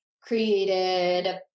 created